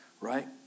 right